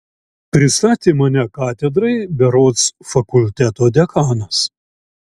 pristatė mane katedrai berods fakulteto dekanas